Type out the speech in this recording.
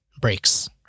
breaks